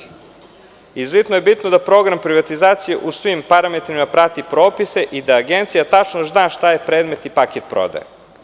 Izuzetno je bitno da program privatizacije u svim parametrima prati propise i da Agencija tačno zna šta je predmet i paket prodaje.